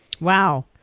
Wow